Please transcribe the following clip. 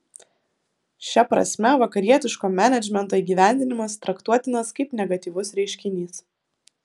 šia prasme vakarietiško menedžmento įgyvendinimas traktuotinas kaip negatyvus reiškinys